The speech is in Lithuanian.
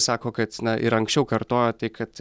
sako kad na ir anksčiau kartojo tai kad